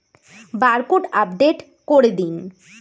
Barcode update করে দিন?